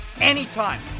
anytime